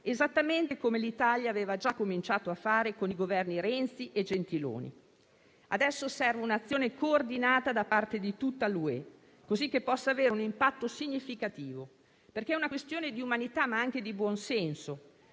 esattamente come l'Italia aveva già cominciato a fare con i Governi Renzi e Gentiloni Silveri. Adesso serve un'azione coordinata da parte di tutta l'Unione europea, così che possa avere un impatto significativo; perché è una questione di umanità, ma anche di buon senso.